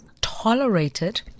tolerated